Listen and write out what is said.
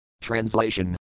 Translation